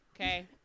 okay